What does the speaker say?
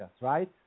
right